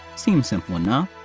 seems simple enough!